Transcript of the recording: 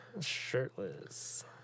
Shirtless